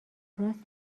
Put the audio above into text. راست